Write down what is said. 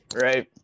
right